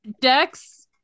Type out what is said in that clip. Dex